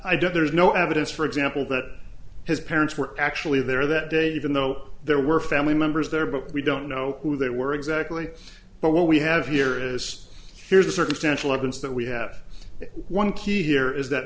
evidence for example that his parents were actually there that day even though there were family members there but we don't know who they were exactly but what we have here is here's the circumstantial evidence that we have one key here is that